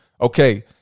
Okay